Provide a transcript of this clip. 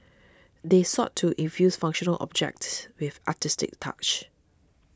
they sought to infuse functional objects with artistic touches